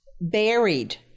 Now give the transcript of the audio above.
buried